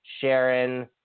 Sharon